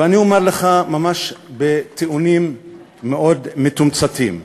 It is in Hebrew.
ואני אומר לך, ממש בטיעונים מאוד מתומצתים: